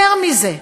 יותר מזה,